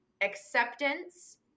acceptance